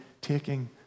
taking